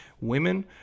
Women